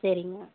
சரிங்க